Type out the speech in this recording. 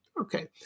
Okay